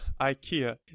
ikea